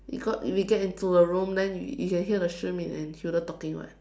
we got we get into the room then you can hear the Shi-Min and Hilda talking [what]